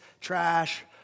trash